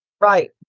Right